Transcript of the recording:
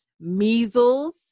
measles